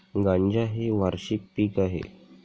गांजा हे वार्षिक पीक आहे